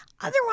Otherwise